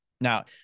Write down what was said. Now